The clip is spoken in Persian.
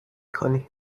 کنین